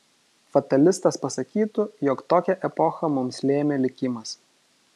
fatalistas pasakytų jog tokią epochą mums lėmė likimas